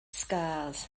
scars